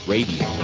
Radio